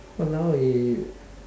!walao! eh